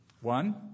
One